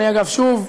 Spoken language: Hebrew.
אגב, שוב,